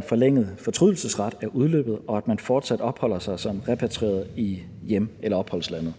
forlængede fortrydelsesret er udløbet, og at man fortsat opholder sig som repatrieret i hjem- eller opholdslandet.